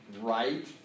right